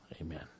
Amen